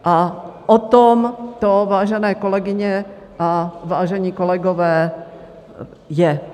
A o tom to, vážené kolegyně a vážení kolegové, je.